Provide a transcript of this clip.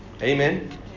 amen